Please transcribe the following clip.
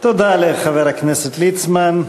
תודה לחבר הכנסת ליצמן.